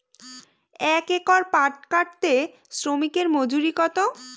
এক একর পাট কাটতে শ্রমিকের মজুরি কত?